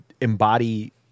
embody